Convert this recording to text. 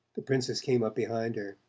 the princess came up behind her.